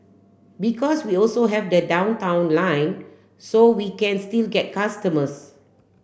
because we also have the Downtown Line so we can still get customers